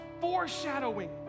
foreshadowing